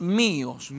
míos